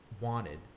wanted